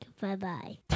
Bye-bye